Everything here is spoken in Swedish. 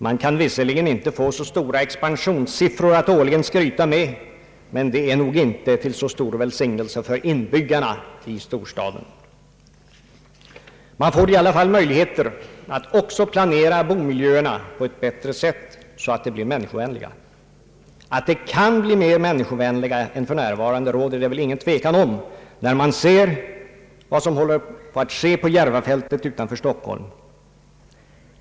Man får då visserligen inte så stora expansionssiffror att årligen skryta med, men det är nog inte till så stor välsignelse för inbyggarna i storstaden. Man får i alla fall möjligheter att planera också bomiljöerna på ett bättre sätt så att de blir människovänliga. Att de kan bli mer människovänliga än för närvarande, råder det väl ingen tvekan om, när man ser vad som håller på att ske på Järvafältet utanför Stockholm.